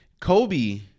Kobe